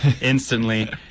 instantly